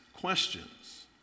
questions